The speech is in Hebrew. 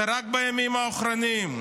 זה רק בימים האחרונים.